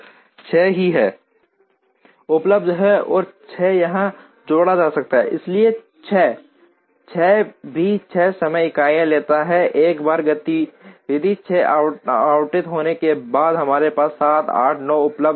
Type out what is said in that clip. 6 ही है उपलब्ध और 6 को यहां जोड़ा जा सकता है इसलिए 6 6 भी 6 समय इकाइयां लेता है एक बार गतिविधि 6 आवंटित होने के बाद हमारे पास 7 8 और 9 उपलब्ध हैं